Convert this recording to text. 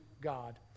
God